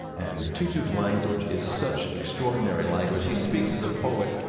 and tutu's language is such extraordinary language. he speaks as a poet,